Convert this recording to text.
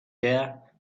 there